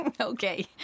Okay